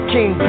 King